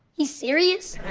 he's serious?